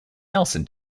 nielsen